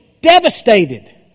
devastated